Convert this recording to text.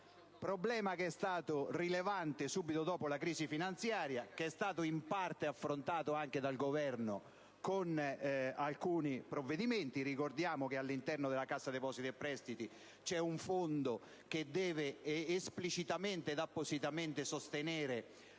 problema che è stato rilevante subito dopo la crisi finanziaria, che è stato in parte affrontato anche dal Governo con alcuni provvedimenti - ricordo che all'interno la Cassa depositi e prestiti è previsto un fondo che deve appositamente sostenere